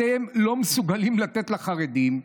אתם לא מסוגלים לתת לחרדים,